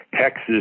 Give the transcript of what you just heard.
Texas